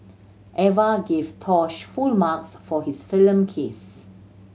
Eva gave Tosh full marks for his film kiss